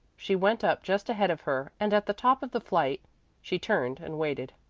she went up just ahead of her and at the top of the flight she turned and waited.